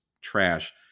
trash